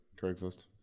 Craigslist